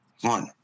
one